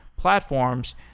platforms